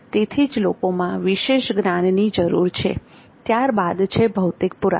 તેથી જ લોકોમાં વિશેષ જ્ઞાનની જરૂર છે ત્યારબાદ છે ભૌતિક પુરાવા